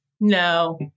No